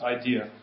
idea